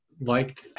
liked